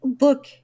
look